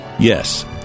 Yes